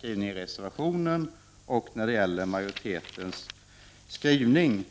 åtminstone vad angår videodistributörerna.